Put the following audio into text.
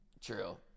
True